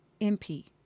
MP